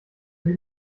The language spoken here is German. eine